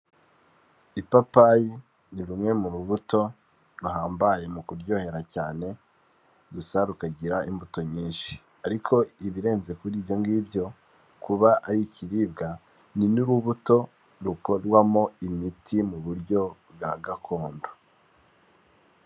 Ipapayi ni rumwe mu rubuto ruhambaye mu kuryohera cyane gusa rukagira imbuto nyinshi, ariko ibirenze kuri ibyo ngibyo kuba ari ikiribwa ni n'urubuto rukorwamo imiti mu buryo bwa gakondo.